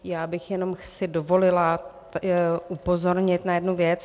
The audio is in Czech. Já bych si jenom dovolila upozornit na jednu věc.